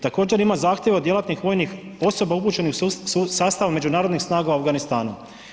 Također ima zahtjeva djelatnih vojnih osoba upućenih u sastav međunarodnih snaga u Afganistanu.